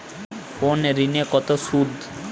কোন ঋণে কত সুদ?